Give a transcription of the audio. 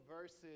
verses